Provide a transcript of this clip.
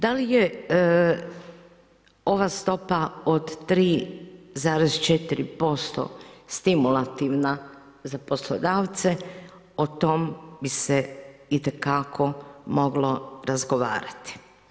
Da li je ova stopa od 3,4% stimulativna za poslodavce, o tom bi se itekako moglo razgovarati.